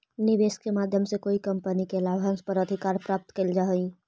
निवेश के माध्यम से कोई कंपनी के लाभांश पर अधिकार प्राप्त कैल जा हई